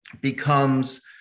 becomes